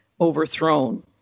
overthrown